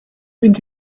mynd